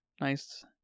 Nice